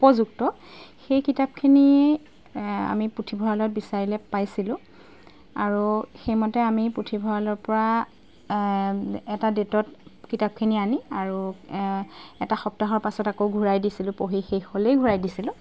উপযুক্ত সেই কিতাপখিনি আমি পুথিভঁৰালত বিচাৰিলে পাইছিলোঁ আৰু সেইমতে আমি পুথিভঁৰালৰ পৰা এটা ডেটত কিতাপখিনি আনি আৰু এটা সপ্তাহৰ পাছত আকৌ ঘূৰাই দিছিলোঁ পঢ়ি শেষ হ'লেই ঘূৰাই দিছিলোঁ